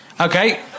Okay